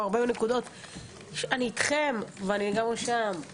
אני איתכם, ואני לגמרי שם.